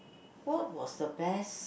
what was the best